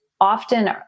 often